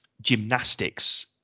gymnastics